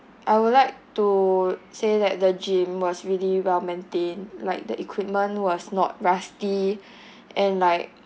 I would like to say that the gym was really well-maintained like the equipment was not rusty and like